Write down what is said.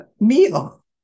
meal